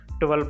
12%